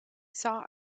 saw